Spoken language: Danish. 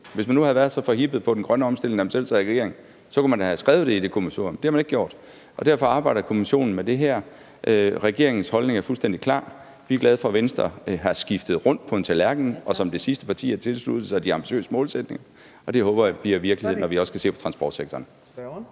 Hvis man nu havde været så forhippet på den grønne omstilling, da man selv sad i regering, kunne man da havde skrevet det i det kommissorium, men det har man ikke gjort, og derfor arbejder kommissionen med det her. Regeringens holdning er fuldstændig klar: Vi er glade for, at Venstre er drejet rundt på en tallerken og som det sidste parti har tilsluttet sig de ambitiøse målsætninger, og det håber jeg bliver virkeligheden, når vi også skal se på transportsektoren.